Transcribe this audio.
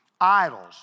Idols